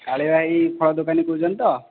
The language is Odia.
କାଳିଆ ଭାଇ ଫଳ ଦୋକାନୀ କହୁଛନ୍ତି ତ